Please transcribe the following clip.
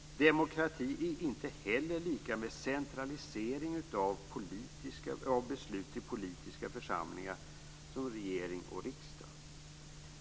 Demokrati är inte heller lika med centralisering av beslut till politiska församlingar som regering och riksdag.